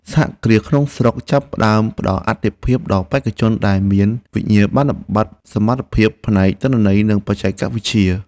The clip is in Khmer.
សហគ្រាសក្នុងស្រុកចាប់ផ្តើមផ្តល់អាទិភាពដល់បេក្ខជនដែលមានវិញ្ញាបនបត្របញ្ជាក់សមត្ថភាពផ្នែកទិន្នន័យនិងបច្ចេកវិទ្យា។